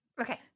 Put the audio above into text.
Okay